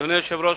אדוני היושב-ראש,